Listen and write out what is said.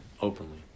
openly